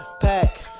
pack